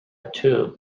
tomb